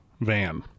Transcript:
Van